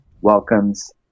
welcomes